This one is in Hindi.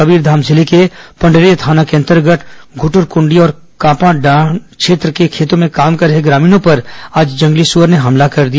कबीरघाम जिले के पंडरिया थाना अंतर्गत घुद्रकुंडी और कांपादाह क्षेत्र के खेतों में काम कर रहे ग्रामीणों पर आज जंगली सुअर ने हमला कर दिया